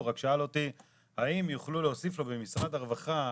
הוא רק שאל אותי האם יוכלו להוסיף לו במשרד הרווחה,